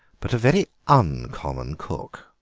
but a very uncommon cook.